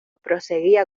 proseguía